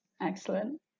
Excellent